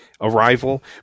Arrival